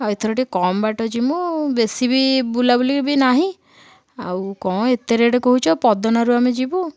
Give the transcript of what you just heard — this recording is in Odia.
ଆଉ ଏଥର ଟିକେ କମ୍ ବାଟ ଜିମୁ ବେଶୀ ବି ବୁଲାବୁଲି ବି ନାହିଁ ଆଉ କ'ଣ ଏତେ ରେଟ କହୁଛ ପଦନାରୁ ଆମେ ଯିବୁ ଆଉ